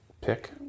Pick